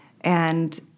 and-